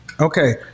Okay